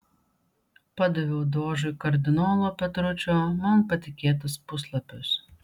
padaviau dožui kardinolo petručio man patikėtus puslapius